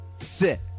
Sit